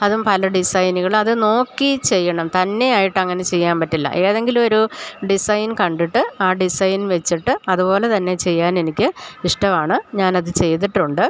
അതും പല ഡിസൈന്കൾ അത് നോക്കി ചെയ്യണം തന്നെയായിട്ടങ്ങനെ ചെയ്യാൻ പറ്റില്ല ഏതെങ്കിലും ഒരു ഡിസൈൻ കണ്ടിട്ട് ആ ഡിസൈൻ വെച്ചിട്ട് അത്പോലെ തന്നെ ചെയ്യാൻ എനിക്ക് ഇഷ്ടമാണ് ഞാൻ അത് ചെയ്തിട്ടുണ്ട്